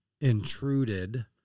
intruded